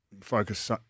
focus